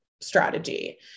strategy